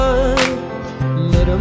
little